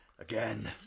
again